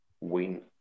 win